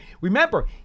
Remember